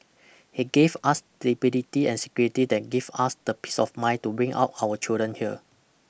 he gave us stability and security that give us the peace of mind to bring up our children here